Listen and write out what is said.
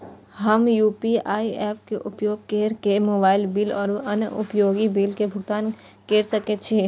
हम UPI apps के उपयोग केर के मोबाइल बिल और अन्य उपयोगिता बिल के भुगतान केर सके छी